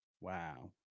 Wow